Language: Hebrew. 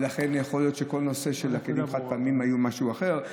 לכן יכול להיות שכל הנושא של הכלים החד-פעמיים היה משהו אחר.